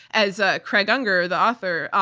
as ah craig unger, the author,